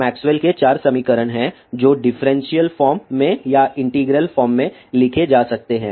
Maxwell के 4 समीकरण हैं जो डिफरेंशियल फॉर्म में या इंटीग्रल फॉर्म में लिखे जा सकते हैं